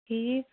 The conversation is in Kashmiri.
ٹھیٖک